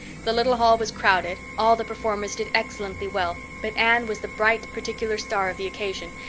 the little hall was crowded all the performers did excellently well, but anne was the bright particular star of the occasion,